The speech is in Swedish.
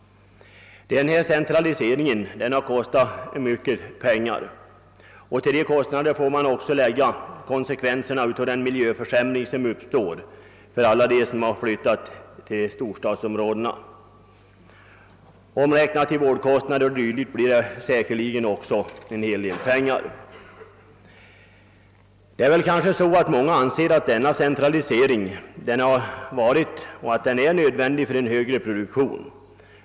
Denna centralisering kostar mycket pengar. Till dessa kostnader får också läggas konsekvenserna av den miljöförsämring som uppstår för alla dem som har flyttat till storstadsområdena. Omräknat i ökade vårdkostnader o.d. blir säkerligen också detta en hel del pengar. Många anser kanske att centraliseringen har varit och är nödvändig för en högre produktion.